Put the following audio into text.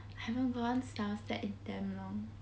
I haven't go somerset in damn long